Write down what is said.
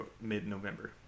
mid-November